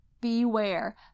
beware